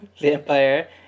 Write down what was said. vampire